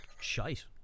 shite